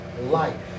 life